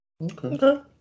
Okay